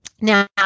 Now